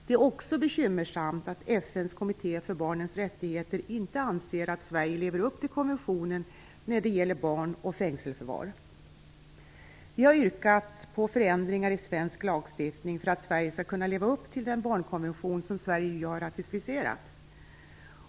Det är också bekymmersamt att FN:s kommitté för barnens rättigheter inte anser att Sverige lever upp till konventionen när det gäller barn och fängelseförvar. Vi har yrkat på förändringar i svensk lagstiftning för att Sverige skall kunna leva upp till den barnkonvention som Sverige ju har ratificerat.